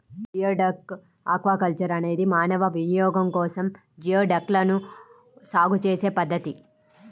geoduck aquaculture అనేది మానవ వినియోగం కోసం జియోడక్లను సాగు చేసే పద్ధతి